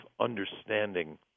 understanding